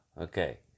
okay